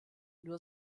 nur